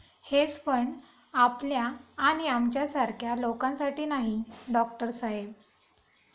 hedge fund आपल्या आणि आमच्यासारख्या लोकांसाठी नाही, डॉक्टर साहेब